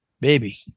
baby